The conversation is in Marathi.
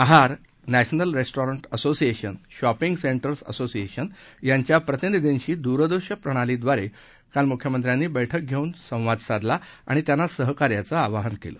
आहार national restaurant association shopping centres association यांच्या प्रतिनिधींशी द्रदृश्य प्रणालीद्वारे काल मुख्यमंत्र्यांनी बैठक घेऊन संवाद साधला आणि त्यांना सहकार्याचं आवाहन केलं